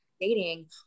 dating